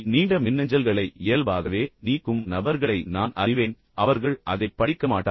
நீண்ட மின்னஞ்சல்களை இயல்பாகவே நீக்கும் நபர்களை நான் அறிவேன் அவர்கள் அதைப் படிக்க மாட்டார்கள்